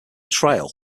trail